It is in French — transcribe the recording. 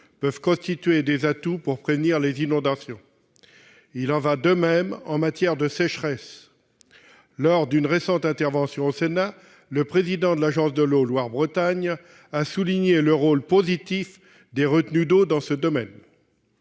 pouvaient constituer des atouts pour prévenir les inondations. Il en va de même en matière de sécheresse : lors d'une récente audition au Sénat, le directeur de l'agence de l'eau Loire-Bretagne a souligné le rôle positif des retenues d'eau dans ce domaine.